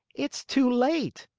it's too late!